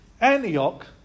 Antioch